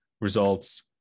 results